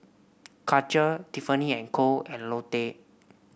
Karcher Tiffany And Co and Lotte